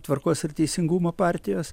tvarkos ir teisingumo partijos